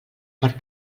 per